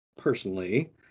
personally